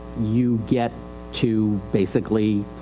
you get to basically,